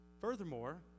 Furthermore